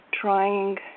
trying